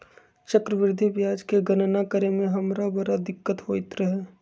चक्रवृद्धि ब्याज के गणना करे में हमरा बड़ दिक्कत होइत रहै